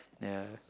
ya